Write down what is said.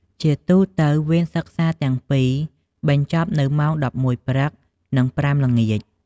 ជាទូទៅវេនសិក្សាទាំងពីរ បញ្ចប់នៅម៉ោង ១១ព្រឹក និង ៥ ល្ងាច។